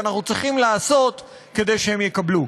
ואנחנו צריכים לעשות כדי שהם יקבלו.